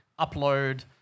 Upload